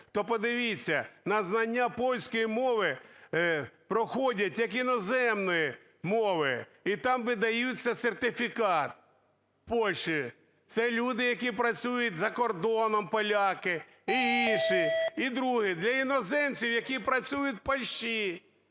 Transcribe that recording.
То подивіться, на знання польської мови проходять, як іноземної мови. І там видають сертифікат, в Польщі. Це люди, які працюють за кордоном, поляки і інші. І друге. Для іноземців, які працюють в Польщі,